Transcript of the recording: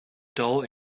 dull